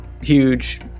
huge